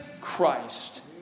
Christ